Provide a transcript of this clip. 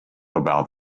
about